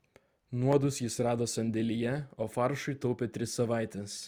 nuodus jis rado sandėlyje o faršui taupė tris savaites